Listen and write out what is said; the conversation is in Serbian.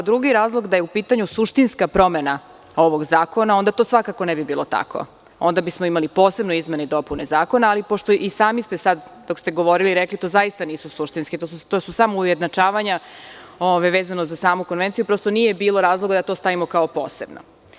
Drugi razlog - da je u pitanju suštinska promena ovog zakona, onda to svakako ne bi bilo tako, onda bismo imali posebno izmene i dopune zakona, ali pošto ste i sami rekli da to zaista nisu suštinske, to su samo ujednačavanja vezano za samu Konvenciju, prosto nije bilo razloga da to stavimo kao posebno.